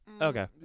Okay